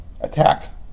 attack